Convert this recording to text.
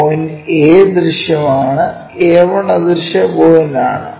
point A ദൃശ്യമാണ് A1 അദൃശ്യ പോയിന്റാണ്